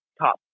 top